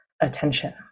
attention